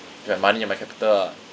with my money and my capital ah